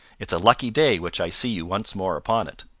it's a lucky day which i see you once more upon it.